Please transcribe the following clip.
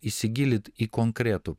įsigilint į konkretų